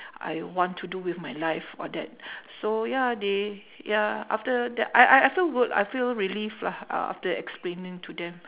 I want to do with my life all that so ya they ya after that I I I feel good I feel relieved lah uh after explaining to them